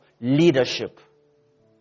leadership